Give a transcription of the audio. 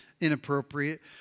inappropriate